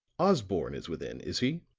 osborne is within, is he?